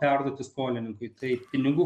perduoti skolininkui tai pinigų